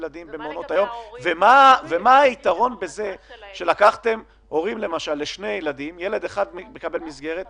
מה היתרון בזה שבמשפחה של שני ילדים ילד אחד קיבל מסגרת,